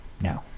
No